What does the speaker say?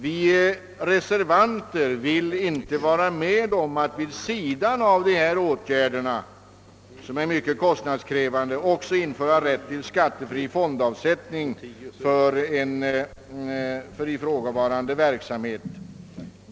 Vi reservanter vill inte vara med om att vid sidan av dessa åtgärder — som är mycket kostnadskrävande — införa ock så rätt till skattefri fondavsättning för ifrågavarande verksamhet.